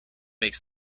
makes